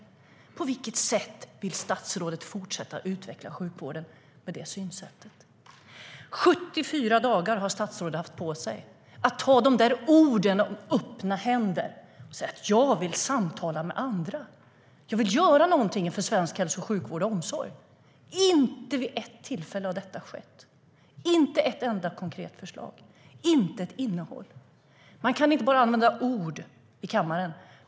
På vilket sätt vill statsrådet fortsätta att utveckla sjukvården med det synsättet?74 dagar har statsrådet haft på sig att ta orden om öppna händer och säga: Jag vill samtala med andra. Jag vill göra någonting för svensk hälso och sjukvård och omsorg. Inte vid ett tillfälle har detta skett. Inte ett enda konkret förslag har vi fått, inte ett innehåll. Man kan inte bara använda ord i kammaren.